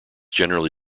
generally